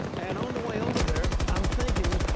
and on the way over there, i'm thinking,